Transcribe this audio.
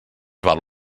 val